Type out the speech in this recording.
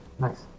nice